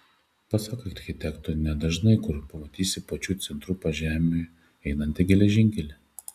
pasak architekto nedažnai kur pamatysi pačiu centru pažemiui einantį geležinkelį